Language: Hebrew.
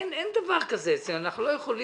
אין אצלנו דבר כזה ואנחנו לא יכולים